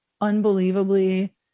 unbelievably